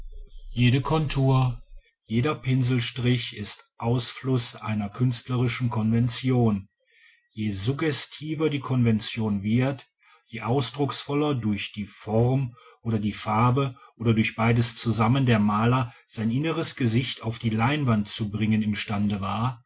jede kontur jeder pinselstrich ist ausfluß einer künstlerischen konvention je suggestiver die konvention wird je ausdrucksvoller durch die form oder die farbe oder durch beides zusammen der maler sein inneres gesicht auf die leinwand zu bringen imstande war